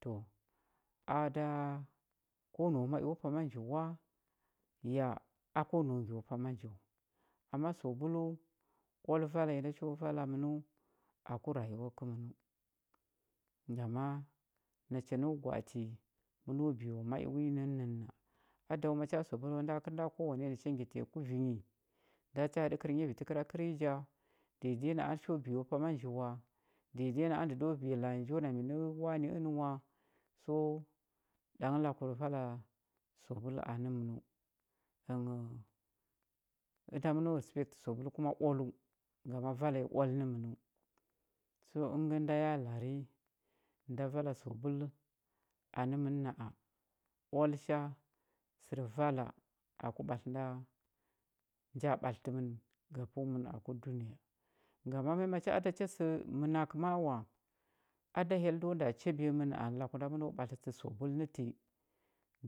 To a da ko nau maeo pama nji wa ya a ko nau ngyo pama nji wa ama sabulu oal vala nyi nda cho vala mənəu aku rayuwa kəmənəu ngama nacha no gwa atə məno biyo ma i wi nənnə na a da wa macha a sabul wa nda kəl nda kowane ndə ha ngyata nyi ku vi nyi nda cha haɗəkər nyavi təkəra kərnyi ja dede na a cho biyo pama nji wa dede na a ndə do biya la a nyi jo minə wane ənə wa so ɗang lakur vala sabul anə mənəu ənghəu ənda məno respect sabul kuma oaləu ngama vala nyi oal nəmənəu so əngə nda ya lari nda vala sabul anə mən na a oal cha sər vala aku ɓatlə nda nja ɓatlətə mən ga fəu mən aku dunəya ngama mya macha a da cha sə mənakə ma a wa a da hyell do nda chabiya mən anə laku nda məno ɓatlətə sabul nə ti